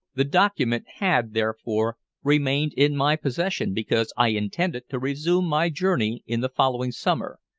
the document had therefore remained in my possession because i intended to resume my journey in the following summer.